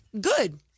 good